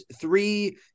three